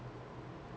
okay